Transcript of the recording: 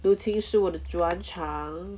looting 是我的专长